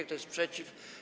Kto jest przeciw?